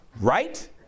right